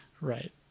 right